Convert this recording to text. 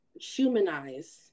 humanize